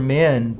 men